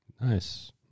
Nice